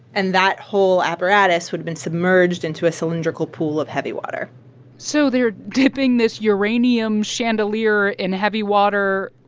and that whole apparatus would've been submerged into a cylindrical pool of heavy water so they're dipping this uranium chandelier in heavy water.